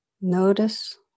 Notice